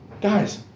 Guys